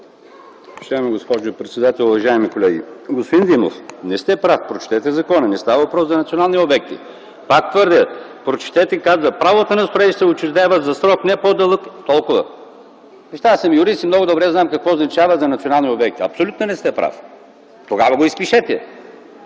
Уважаема госпожо председател, уважаеми колеги! Господин Димов, не сте прав. Прочетете закона. Не става въпрос за национални обекти. Прочетете: правото на строеж се учредява за срок не по-дълъг от ... Аз съм юрист и много добре знам какво означава „за национални обекти”. Абсолютно не сте прав. Тогава го изпишете.